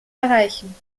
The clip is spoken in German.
erreichen